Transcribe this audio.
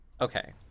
Okay